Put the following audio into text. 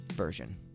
version